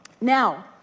Now